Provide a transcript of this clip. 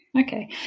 okay